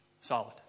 solid